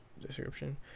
description